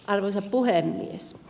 arvoisa puhemies